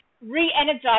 re-energize